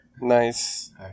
Nice